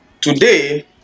Today